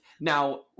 Now